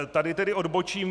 Tady tedy odbočím.